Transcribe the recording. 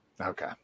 Okay